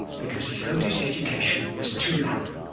because he felt his education was too narrow.